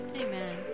Amen